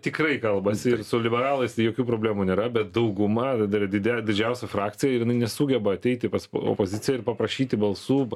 tikrai kalbasi ir su liberalais jokių problemų nėra bet dauguma ir dar dide didžiausia frakcija ir jinai nesugeba ateiti pas opoziciją ir paprašyti balsų